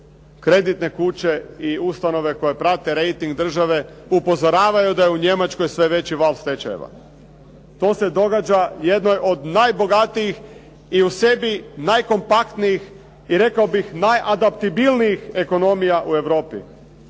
kreditne kuće i ustanove koje prate rejting države upozoravaju da je u Njemačkoj sve veći val stečajeva. To se događa jednoj od najbogatijih i u sebi najkompaktnijih i rekao bih najadaptibilnijih ekonomija u Europi.